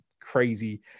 crazy